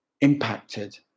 impacted